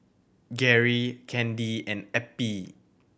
Gerry Candy and Eppie